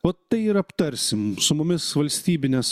vat tai ir aptarsim su mumis valstybinės